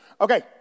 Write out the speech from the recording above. Okay